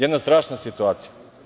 Jedna strašna situacija.